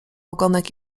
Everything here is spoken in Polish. ogonek